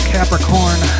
Capricorn